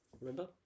remember